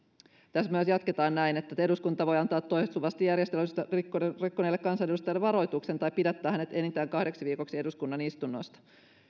tässä myös jatketaan näin eduskunta voi antaa toistuvasti järjestystä rikkoneelle rikkoneelle kansanedustajalle varoituksen tai pidättää hänet enintään kahdeksi viikoksi eduskunnan istunnoista